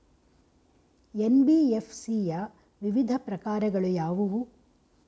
NBFC ಯ ವಿವಿಧ ಪ್ರಕಾರಗಳು ಯಾವುವು?